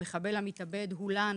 המחבל המתאבד הולן